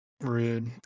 Rude